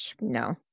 No